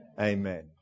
Amen